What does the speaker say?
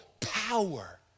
power